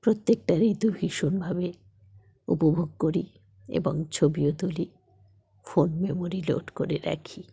প্রত্যেকটা ঋতু ভীষণভাবে উপভোগ করি এবং ছবিও তুলি ফোন মেমারি লোড করে রাখি